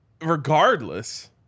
Regardless